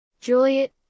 Juliet